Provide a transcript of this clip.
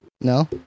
No